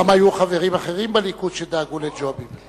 פעם היו חברים אחרים בליכוד שדאגו לג'ובים.